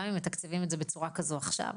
גם אם מתקצבים את זה בצורה כזו עכשיו,